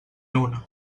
una